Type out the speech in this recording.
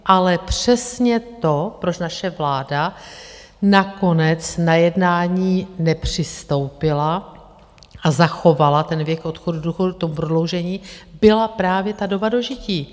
Ale přesně to, proč naše vláda nakonec na jednání nepřistoupila a zachovala ten věk odchodu do důchodu k tomu prodloužení, byla právě ta doba dožití.